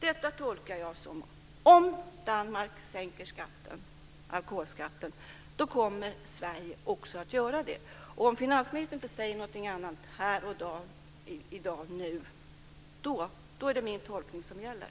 Detta tolkar jag som att om Danmark sänker alkoholskatten då kommer Sverige också att göra det. Om finansministern inte säger någonting annat här och nu då är det min tolkning som gäller.